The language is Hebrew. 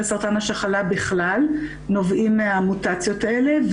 סרטן השחלה בכלל נובעים מהמוטציות האלה,